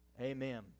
Amen